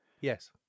yes